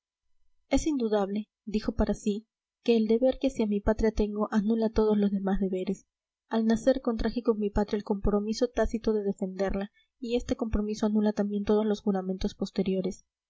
es indudable dijo para sí que el deber que hacia mi patria tengo anula todos los demás deberes al nacer contraje con mi patria el compromiso tácito de defenderla y este compromiso anula también todos los juramentos posteriores